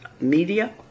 Media